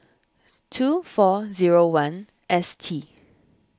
two four zero one S T